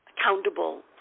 Accountable